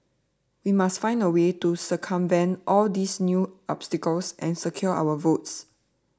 we must find a way to circumvent all these new obstacles and secure our votes